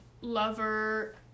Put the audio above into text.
Lover